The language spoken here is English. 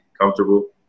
comfortable